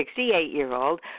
68-year-old